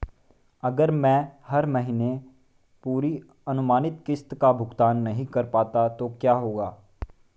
अगर मैं हर महीने पूरी अनुमानित किश्त का भुगतान नहीं कर पाता तो क्या होगा?